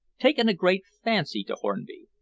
taken a great fancy to hornby.